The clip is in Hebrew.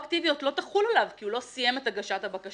הרטרואקטיביות לא תחול עליו כי הוא לא סיים את הגשת הבקשה.